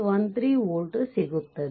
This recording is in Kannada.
13 volt ಸಿಗುತ್ತದೆ